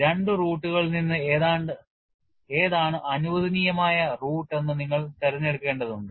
രണ്ട് റൂട്ടുകളിൽ നിന്ന് ഏതാണ് അനുവദനീയമായ റൂട്ട് എന്ന് നിങ്ങൾ തിരഞ്ഞെടുക്കേണ്ടതുണ്ട്